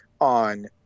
on